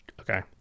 Okay